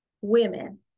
women